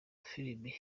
filime